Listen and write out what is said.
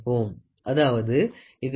அதாவது இது main scale division 0